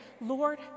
Lord